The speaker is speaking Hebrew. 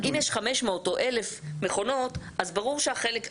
אם יש 500 או 1,000 מכונות אז ברור שהחלק,